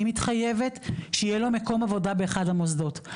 אני מתחייבת שיהיה לו מקום עבודה באחד המוסדות.